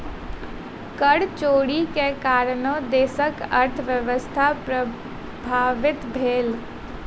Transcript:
कर चोरी के कारणेँ देशक अर्थव्यवस्था प्रभावित भेल